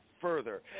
further